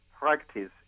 practice